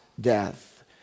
death